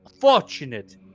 fortunate